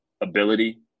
ability